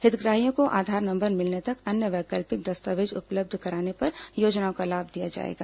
हितग्राहियों को आधार नंबर मिलने तक अन्य वैकल्पिक दस्तावेज उपलब्ध कराने पर योजनाओं का लाभ दिया जाएगा